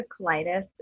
colitis